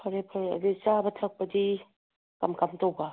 ꯐꯔꯦ ꯐꯔꯦ ꯑꯗꯨ ꯆꯥꯕ ꯊꯛꯄꯗꯤ ꯀꯔꯝ ꯀꯔꯝ ꯇꯧꯕ